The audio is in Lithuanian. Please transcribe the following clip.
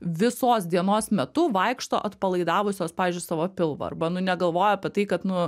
visos dienos metu vaikšto atpalaidavusios pavyzdžiui savo pilvą arba nu negalvoja apie tai kad nu